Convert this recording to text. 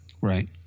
right